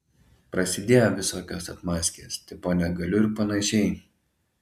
prasidėjo visokios atmazkės tipo negaliu ir panašiai